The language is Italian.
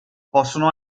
possono